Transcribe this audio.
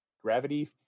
gravity